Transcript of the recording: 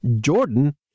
Jordan